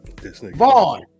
Vaughn